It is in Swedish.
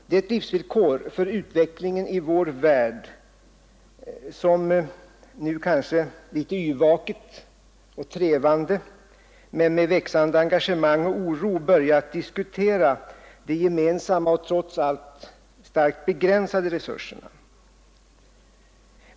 Det är ett livsvillkor för utvecklingen i vår värld, som nu, kanske litet yrvaket och trevande men med växande engagemang och oro, börjat diskutera de gemensamma och trots allt starkt begränsade resurserna.